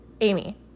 Amy